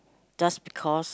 just because